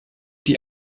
die